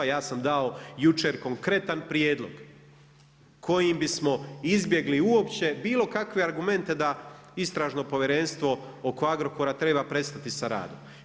Ja sam dao jučer konkretan prijedlog kojim bismo izbjegli uopće bilo kakve argumente da Istražno povjerenstvo oko Agrokora treba prestati sa radom.